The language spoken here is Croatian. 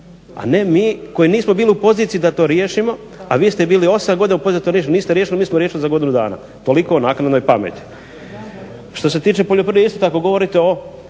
a ne mi koji nismo bili u poziciji da to riješimo, a vi ste bili 8 godina u poziciji da to riješite, niste riješili, mi smo riješili za godinu dana. Toliko o naknadnoj pameti. Što se tiče poljoprivrede isto tako, govorite o